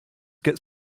gets